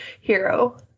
hero